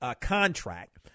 contract